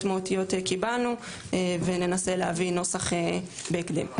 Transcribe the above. מהותיות קיבלנו וננסה להביא נוסח בהקדם.